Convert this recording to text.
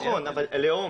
נכון, אבל הלאום.